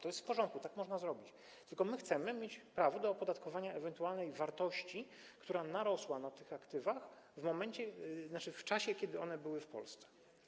To jest w porządku, tak można zrobić, tylko chcemy mieć prawo do opodatkowania ewentualnej wartości, która narosła na tych aktywach w czasie, kiedy one były w Polsce.